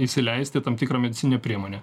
įsileisti tam tikrą medicininę priemonę